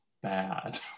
bad